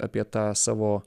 apie tą savo